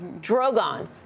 Drogon